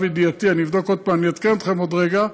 אני אבדוק עוד פעם, אני אעדכן אתכם עוד רגע,